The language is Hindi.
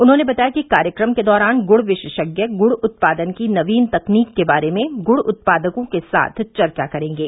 उन्होंने बताया कि कार्यक्रम के दौरान गुड़ विशेषज्ञ गुड़ उत्पादन की नवीन तकनीक के बारे में गुड़ उत्पादकों के साथ चर्चा करेंगे